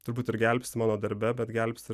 turbūt ir gelbsti mano darbe bet gelbsti